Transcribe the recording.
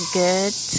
good